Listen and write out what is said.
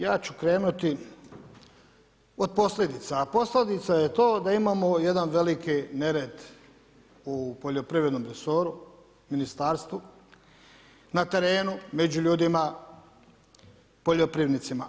Ja ću krenuti od posljedica, a posljedica je to da imamo jedan veliki nered u poljoprivrednom resoru, ministarstvu, na terenu, među ljudima, poljoprivrednicima.